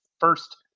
first